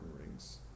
rings